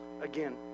again